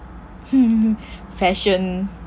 fashion